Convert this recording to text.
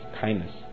kindness